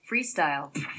freestyle